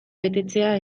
betetzea